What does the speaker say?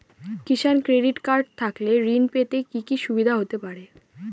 কিষান credit card থাকলে ঋণ পেতে কি কি সুবিধা হতে পারে?